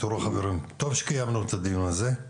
טוב שקיימנו את הדיון הזה.